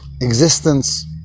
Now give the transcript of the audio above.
existence